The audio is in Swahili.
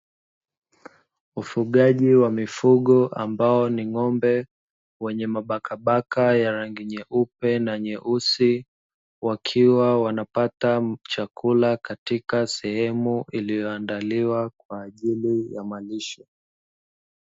Ufugaji wa mifugo ambao ni ng’ombe wenye mabakabaka ya rangi nyeupe na nyeusi, wakiwa wanapata chakula katika sehemu iliyoandaliwa kwa ajili ya malisho.